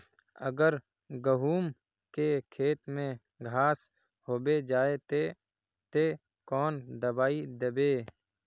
अगर गहुम के खेत में घांस होबे जयते ते कौन दबाई दबे?